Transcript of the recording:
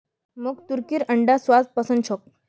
मोक तुर्कीर अंडार स्वाद पसंद छोक